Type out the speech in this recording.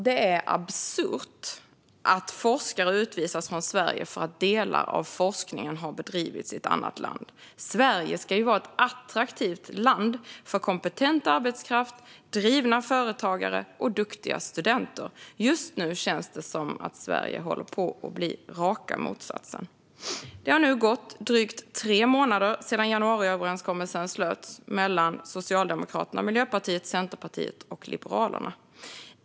Det är absurt att forskare utvisas från Sverige för att delar av forskningen har bedrivits i ett annat land. Sverige ska vara ett attraktivt land för kompetent arbetskraft, drivna företagare och duktiga studenter. Just nu känns det som att Sverige håller på att bli raka motsatsen. Det har nu gått drygt tre månader sedan januariöverenskommelsen slöts mellan Socialdemokraterna, Miljöpartiet, Centerpartiet och Liberalerna.